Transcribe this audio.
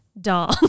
Doll